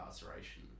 incarceration